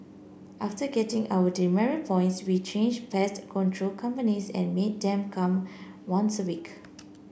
after getting our demerit points we changed pest control companies and made them come once a week